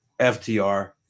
FTR